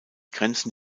grenzen